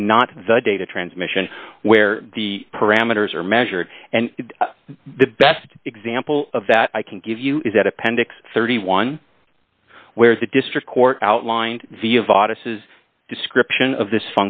is not the data transmission where the parameters are measured and the best example of that i can give you is at appendix thirty one where the district court outlined v of offices description of this